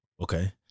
Okay